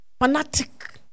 fanatic